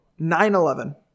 9-11